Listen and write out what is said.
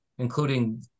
including